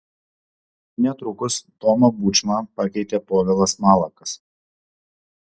netrukus tomą bučmą pakeitė povilas malakas